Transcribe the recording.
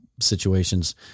situations